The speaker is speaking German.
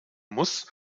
muss